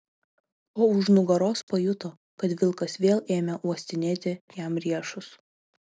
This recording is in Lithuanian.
o už nugaros pajuto kad vilkas vėl ėmė uostinėti jam riešus